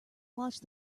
watched